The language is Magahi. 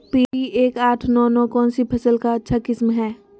पी एक आठ नौ नौ कौन सी फसल का अच्छा किस्म हैं?